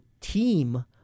team